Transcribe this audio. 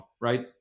right